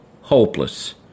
hopeless